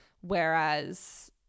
whereas